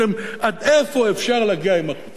עד איפה אפשר להגיע עם החוצפה הזאת?